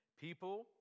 People